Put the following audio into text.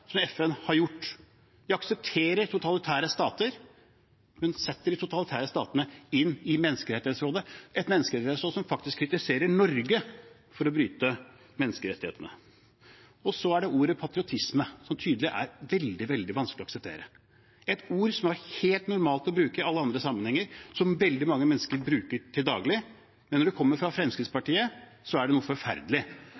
som FN har gjort; de aksepterer totalitære stater og setter de totalitære statene inn i Menneskerettighetsrådet, et menneskerettighetsråd som faktisk kritiserer Norge for å bryte menneskerettighetene. Så er det ordet «patriotisme», som tydeligvis er veldig, veldig vanskelig å akseptere. Dette er et ord som har vært helt normalt å bruke i alle andre sammenhenger, og som veldig mange mennesker bruker til daglig, men når